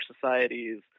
societies